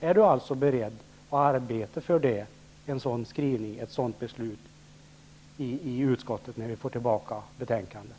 Är Ingrid Näslund beredd att arbeta för en sådan skrivning i utskottet, när vi får tillbaka betänkandet?